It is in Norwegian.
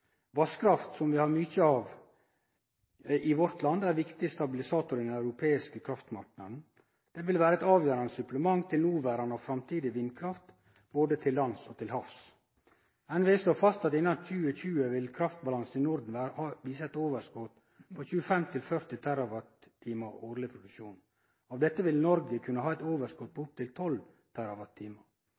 Vasskraft, som vi har mykje av i vårt land, er ein viktig stabilisator i den europeiske kraftmarknaden. Det vil vere eit avgjerande supplement til noverande og framtidig vindkraft både til lands og til havs. NVE slår fast at innan 2020 vil kraftbalansen i Norden vise eit overskot på 25–40 TWh årleg produksjon. Av dette vil Noreg kunne ha eit overskot på opptil